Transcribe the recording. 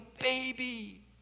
baby